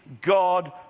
God